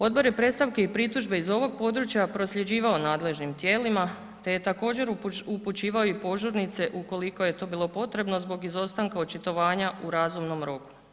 Odbor je predstavke i pritužbe iz ovog područja prosljeđivao nadležnim tijelima te je također upućivao i požurnice ukoliko je to bilo potrebno zbog izostanka očitovanja u razumnom roku.